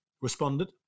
responded